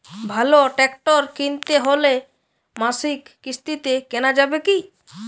ভালো ট্রাক্টর কিনতে হলে মাসিক কিস্তিতে কেনা যাবে কি?